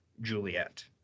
Juliet